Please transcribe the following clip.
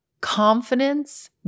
confidence